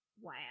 wow